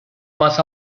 más